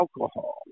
alcohol